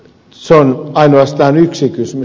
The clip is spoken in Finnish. se on ainoastaan yksi kysymys